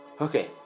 okay